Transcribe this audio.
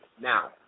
Now